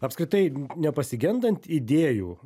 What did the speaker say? apskritai nepasigendant idėjų